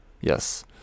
Yes